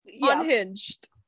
Unhinged